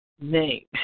name